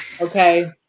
Okay